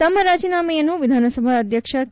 ತಮ್ಮ ರಾಜೀನಾಮೆಯನ್ನು ವಿಧಾನಸಭಾ ಅಧ್ಯಕ್ಷ ಕೆ